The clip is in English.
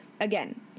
Again